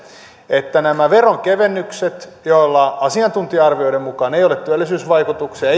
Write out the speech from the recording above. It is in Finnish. että nämä veronkevennykset joilla asiantuntija arvioiden mukaan ei ole työllisyysvaikutuksia